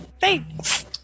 Thanks